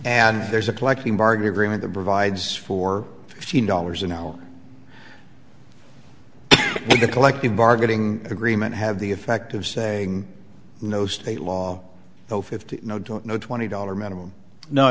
and there's a collective bargaining agreement that provides for fifteen dollars an hour and the collective bargaining agreement have the effect of saying no state law so fifty no don't know twenty dollar minimum no